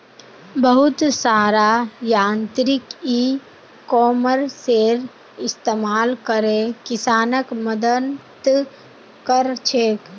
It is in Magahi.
बहुत सारा यांत्रिक इ कॉमर्सेर इस्तमाल करे किसानक मदद क र छेक